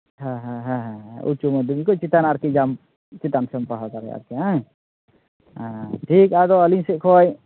ᱦᱮᱸ ᱦᱮᱸ ᱦᱮᱸ ᱦᱮᱸ ᱦᱮᱸ ᱩᱪᱪᱚ ᱢᱟᱫᱽᱫᱷᱚᱢᱤᱠ ᱠᱷᱚᱱ ᱪᱮᱛᱟᱱ ᱟᱨᱠᱤ ᱡᱟᱢ ᱪᱮᱛᱟᱱ ᱥᱮᱫ ᱮᱢ ᱯᱟᱲᱦᱟᱣ ᱫᱟᱲᱮᱭᱟᱜᱼᱟ ᱟᱨᱠᱤ ᱦᱮᱸ ᱦᱮᱸ ᱴᱷᱤᱠ ᱟᱫᱚ ᱟᱹᱞᱤᱧ ᱥᱮᱫ ᱠᱷᱚᱱ